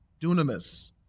Dunamis